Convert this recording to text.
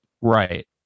Right